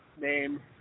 name